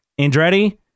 Andretti